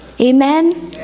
Amen